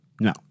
No